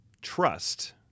trust